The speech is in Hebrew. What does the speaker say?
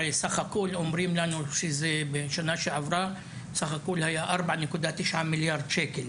הרי סך הכול אומרים לנו שזה משנה שעברה סך הכול היה 4.9 מיליארד שקלים,